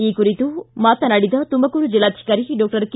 ಈ ಕುರಿತು ಮಾತನಾಡಿದ ತುಮಕೂರು ಜಿಲ್ಲಾಧಿಕಾರಿ ಡಾಕ್ಷರ್ ಕೆ